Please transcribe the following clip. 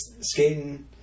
skating